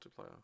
multiplayer